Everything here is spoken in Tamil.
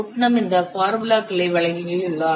புட்னம் இந்த ஃபார்முலாக்களை வழங்கியுள்ளார்